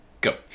go